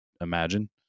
imagine